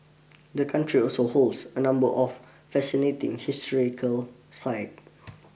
the country also holds a number of fascinating historical site